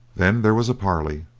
then there was a parley.